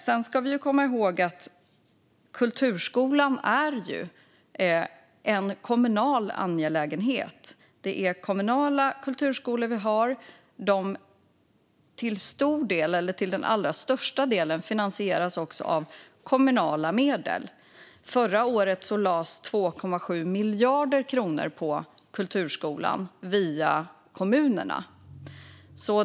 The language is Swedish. Sedan ska vi komma ihåg att kulturskolan är en kommunal angelägenhet. Det är kommunala kulturskolor vi har. Till den allra största delen finansieras de också av kommunala medel. Förra året lades 2,7 miljarder kronor på kulturskolan via kommunerna.